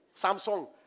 Samsung